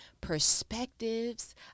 Perspectives